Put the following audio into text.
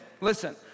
listen